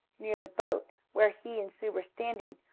near the boat, where he and sue were standing,